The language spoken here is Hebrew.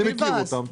אני מכיר אותם,